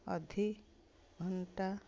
ଅଧ ଘଣ୍ଟା